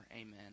Amen